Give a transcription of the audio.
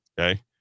okay